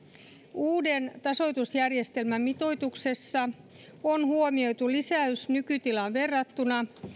uuden tasoitusjärjestelmän mitoituksessa on huomioitu lisäys nykytilaan verrattuna